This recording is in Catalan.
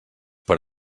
per